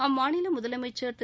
அம்மாநில முதலமைச்சர் திரு